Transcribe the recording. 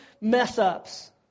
mess-ups